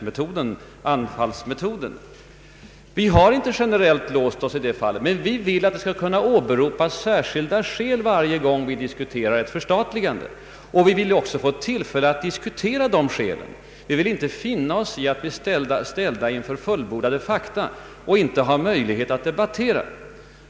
Nej, vi har inte generellt låst oss utan vi vill att det skall kunna åberopas särskilda skäl varje gång ett förstatligande diskuteras. Vi vill också få tillfälle att diskutera dessa skäl. Vi vill inte finna oss i att bli ställda inför fullbordade fakta och inte ha möjlighet att debattera.